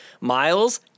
Miles